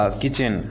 kitchen